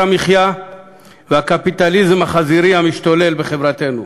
המחיה והקפיטליזם החזירי המשתולל בחברתנו.